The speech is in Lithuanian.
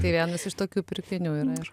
tai vienas iš tokių pirkinių yra ir